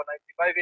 95